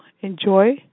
Enjoy